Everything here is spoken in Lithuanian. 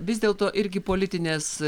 vis dėlto irgi politinės